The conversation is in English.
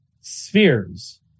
spheres